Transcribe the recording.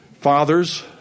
Fathers